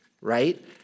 Right